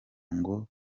ngo